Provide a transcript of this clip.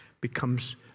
becomes